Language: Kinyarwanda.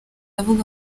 avuga